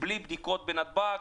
בלי בדיקות בנתב"ג,